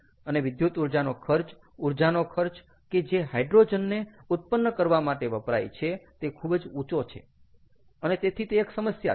અને વિદ્યુત ઊર્જાનો ખર્ચ ઊર્જાનો ખર્ચ કે જે હાઇડ્રોજનને ઉત્પન્ન કરવા માટે વપરાય છે તે ખૂબ જ ઊંચો છે અને તેથી તે એક સમસ્યા છે